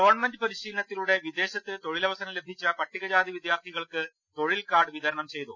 government പരിശീലനത്തിലൂടെ വിദേശത്ത് തൊഴിലവസരം ലഭിച്ച പട്ടികജാതി വിദ്യാർത്ഥികൾക്ക് തൊഴിൽ കാർഡ് വിതരണം ചെയ്തു